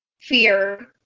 fear